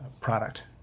product